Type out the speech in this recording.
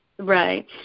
Right